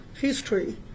history